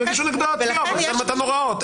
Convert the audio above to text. הם יגישו נגדו תביעות לשם מתן ההוראות.